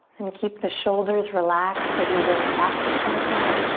and keep the shoulders relaxed as you bring it back to center.